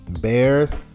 Bears